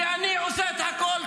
ואני עושה את הכול,